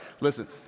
listen